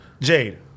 Jade